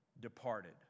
departed